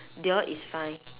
dior is fine